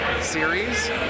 series